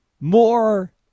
more